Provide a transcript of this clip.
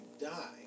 die